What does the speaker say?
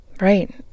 Right